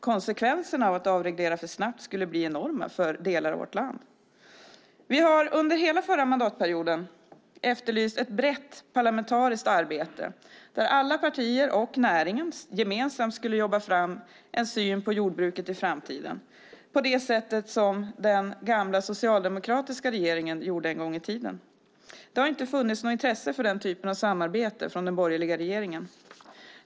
Konsekvenserna av att avreglera för snabbt skulle bli enorma för delar av vårt land. Vi har under hela förra mandatperioden efterlyst ett brett parlamentarisk arbete där alla partier och näringen gemensamt skulle jobba fram en syn på jordbruket i framtiden, på det sättet som den gamla socialdemokratiska regeringen gjorde en gång i tiden. Det har dock inte funnits något intresse för den typen av samarbete från den borgerliga regeringen.